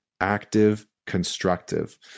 Active-constructive